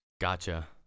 Gotcha